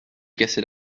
casser